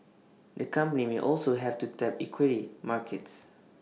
the company may also have to tap equity markets